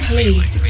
Please